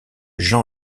jean